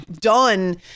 done